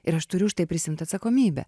ir aš turiu prisiimt atsakomybę